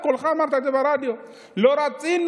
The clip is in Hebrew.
בקולך אמרת את זה ברדיו: לא רצינו